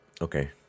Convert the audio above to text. Okay